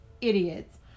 idiots